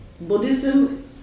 Buddhism